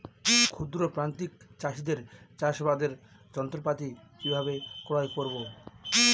ক্ষুদ্র প্রান্তিক চাষীদের চাষাবাদের যন্ত্রপাতি কিভাবে ক্রয় করব?